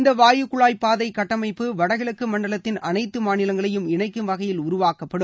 இந்த வாயு குழாய் பாதை கட்டமைப்பு வடகிழக்கு மண்டலத்தின் அனைத்து எட்டு மாநிலங்களையும் இணைக்கும் வகையில் உருவாக்கப்படும்